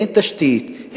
אין תשתית,